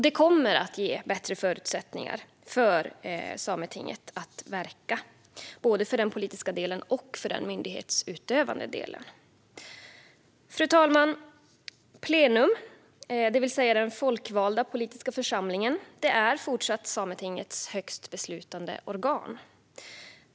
Detta kommer att ge bättre förutsättningar för Sametinget att verka, både för den politiska och för den myndighetsutövande delen. Fru talman! Plenum, det vill säga den folkvalda politiska församlingen, är fortsatt Sametingets högsta beslutande organ.